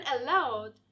allowed